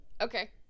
Okay